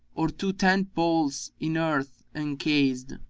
or two tent-poles in earth encased,